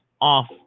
off